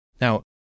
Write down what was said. Now